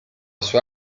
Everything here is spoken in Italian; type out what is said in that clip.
sua